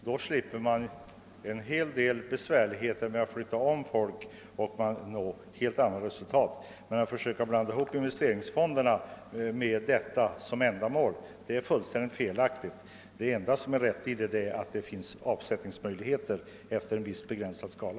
Då slipper man många besvärligheter med omflyttning av arbetskraft och når helt andra resultat. Att blanda in investeringsfonderna i det vi syftar till är felaktigt. Det enda som är riktigt är att det finns avsättningsmöjligheter efter en viss begränsad skala.